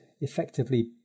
effectively